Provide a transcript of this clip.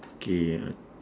okay